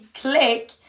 Click